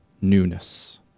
newness